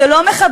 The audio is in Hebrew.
זה לא מכבד.